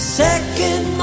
second